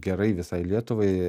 gerai visai lietuvai